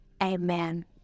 amen